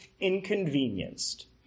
inconvenienced